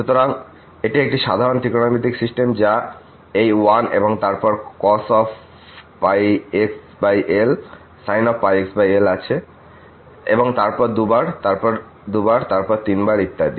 সুতরাং এটি একটি সাধারণ ত্রিকোণমিতিক সিস্টেম যা এই 1 এবং তারপর cos πxl sin πxl আছে এবং তারপর 2 বার তারপর 2 বার তারপর 3 বার ইত্যাদি